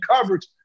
coverage